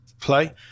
play